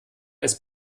als